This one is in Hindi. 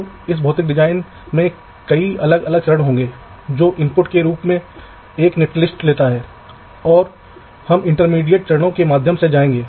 तो इस व्याख्यान में हम पावर और ग्राउंड रूटिंग के बारे में बात करते हैं